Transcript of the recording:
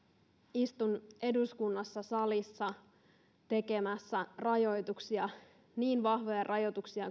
istun eduskunnassa salissa tekemässä rajoituksia niin vahvoja rajoituksia